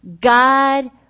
God